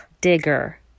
Digger